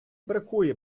бракує